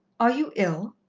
are you ill?